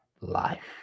life